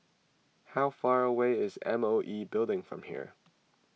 how far away is M O E Building from here